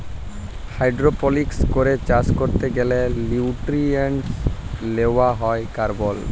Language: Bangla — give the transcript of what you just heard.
হাইড্রপলিক্স করে চাষ ক্যরতে গ্যালে লিউট্রিয়েন্টস লেওয়া হ্যয় কার্বল